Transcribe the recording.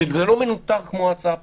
וזה לא מנוטר כמו ההצעה פה,